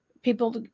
people